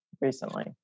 recently